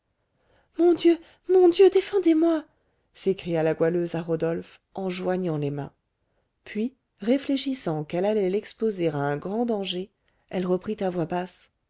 mon dieu mon dieu défendez-moi s'écria la goualeuse à rodolphe en joignant les mains puis réfléchissant qu'elle allait l'exposer à un grand danger elle reprit à voix basse